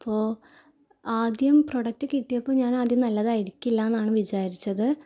അപ്പോൾ ആദ്യം പ്രോഡക്റ്റ് കിട്ടിയപ്പോൾ ഞാൻ ആദ്യം നല്ലതായിരിക്കില്ല എന്നാണ് വിചാരിച്ചത്